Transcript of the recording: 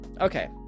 Okay